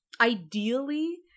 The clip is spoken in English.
ideally